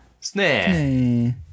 Snare